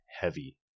heavy